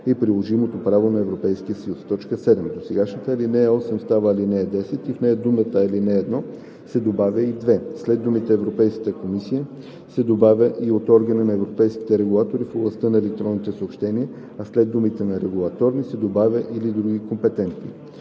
и приложимото право на Европейския съюз.“ 7. Досегашната ал. 8 става ал. 10 и в нея след думите „ал. 1“ се добавя „и 2“, след думите „Европейската комисия“ се добавя „и от Органа на европейските регулатори в областта на електронните съобщения“, а след думите „на регулаторни“ се добавя „или други компетентни“.